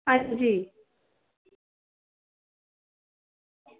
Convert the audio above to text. हां जी